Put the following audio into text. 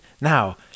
Now